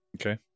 Okay